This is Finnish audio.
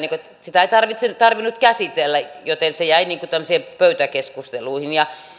sitä ei tarvinnut käsitellä joten se jäi pöytäkeskusteluihin